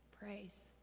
praise